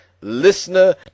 Listener